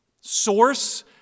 source